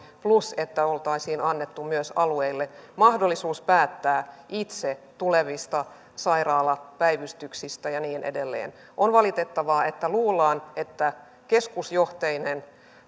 plus että oltaisiin annettu myös alueille mahdollisuus päättää itse tulevista sairaalapäivystyksistä ja niin edelleen on valitettavaa että luullaan että keskusjohtoinen